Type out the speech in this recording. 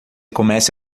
comece